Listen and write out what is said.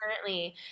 currently